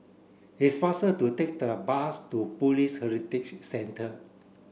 it's faster to take the bus to Police Heritage Centre